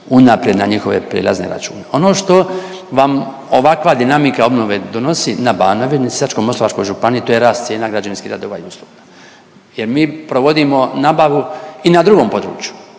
unaprijed na njihove prijelazne račune. Ono što vam ovakva dinamika obnove donosi na Banovini i Sisačko-moslavačkoj županiji to je rast cijena građevinskih radova i usluga jer mi provodimo nabavu i na drugom području